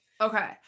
Okay